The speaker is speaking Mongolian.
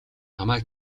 намайг